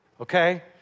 okay